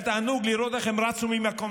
היה תענוג לראות איך הם רצו ממקום